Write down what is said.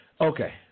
Okay